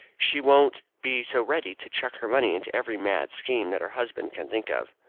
she won't be so ready to chuck her money into every mad scheme that her husband can think of.